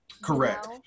correct